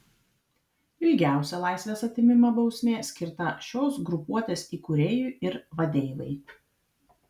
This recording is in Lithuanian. ilgiausia laisvės atėmimo bausmė skirta šios grupuotės įkūrėjui ir vadeivai